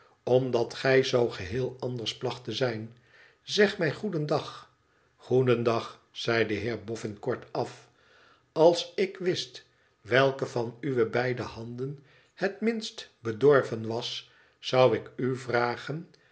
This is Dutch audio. omdat gij zoo geheel anders placht te zijn zeg mij goedendag goedendag zei de heer bofhn kortaf als ik wist welke van uwe beide handen het minst bedorven was zou ik u vragen